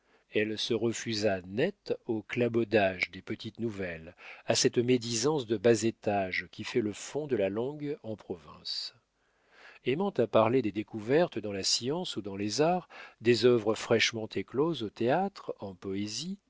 elle se refusa net au clabaudage des petites nouvelles à cette médisance de bas étage qui fait le fond de la langue en province aimant à parler des découvertes dans la science ou dans les arts des œuvres franchement écloses au théâtre en poésie